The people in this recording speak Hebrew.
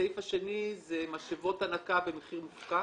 הסעיף השני הוא משאבות הנקה במחיר מופקע.